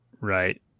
Right